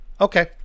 Okay